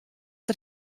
der